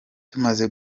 tumaze